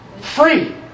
free